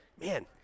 man